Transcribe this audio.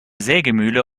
sägemühle